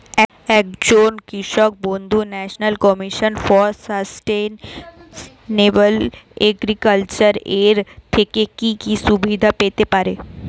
একজন কৃষক বন্ধু national commission for sustainable agriculture এর থেকে কি কি সুবিধা পেতে পারে?